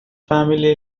family